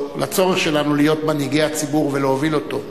או לצורך שלנו להיות, מנהיגי הציבור ולהוביל אותו.